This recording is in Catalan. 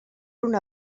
una